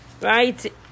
Right